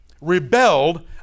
rebelled